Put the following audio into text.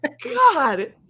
God